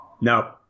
no